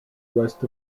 west